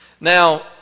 Now